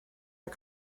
are